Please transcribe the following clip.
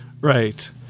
Right